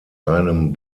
einem